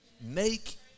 Make